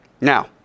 Now